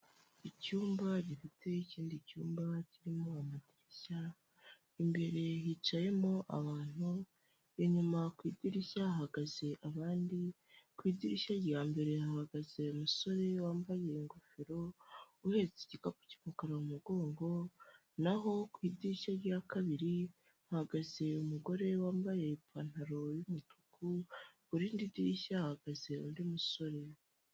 Icyumba gifite ikindi cyumba kirimo amadirishya, imbere yicayemo abantu, inyuma ku idirishya hagaze abandi, ku idirishya rya mbere hagaze umusore wambaye ingofero, uhetse igikapu cy'umukara mu mugongo, naho ku idirishya rya kabiri hahagaze umugore wambaye ipantaro y'umutuku, ku rindi dirishya hahagaze undi musore.